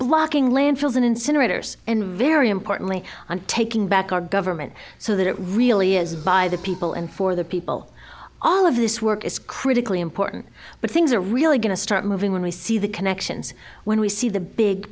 blocking landfills and incinerators and very importantly on taking back our government so that it really is by the people and for the people all of this work is critically important but things are really going to start moving when we see the connections when we see the big